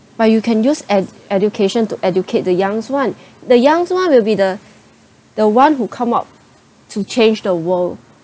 but you can use ed~ education to educate the youngs [one] the youngs [one] will be the the one who come out to change the world